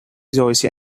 rồi